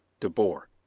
de boer.